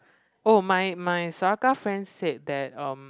oh my my Saraca friend said that um